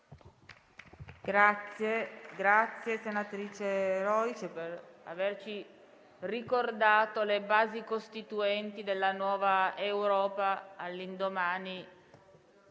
ringrazio, senatrice Rojc, per averci ricordato le basi costituenti della nuova Europa, all'indomani